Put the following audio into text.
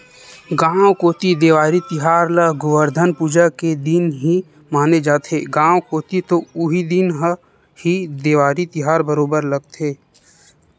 गाँव कोती देवारी तिहार ल गोवरधन पूजा के दिन ही माने जाथे, गाँव कोती तो उही दिन ह ही देवारी तिहार बरोबर लगथे